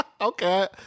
Okay